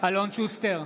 אלון שוסטר,